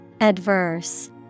Adverse